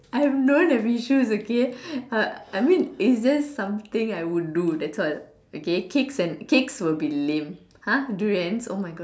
I'm not that vicious okay uh I mean is there something I would do that's all okay cakes and cakes will be lame !huh! durians oh my god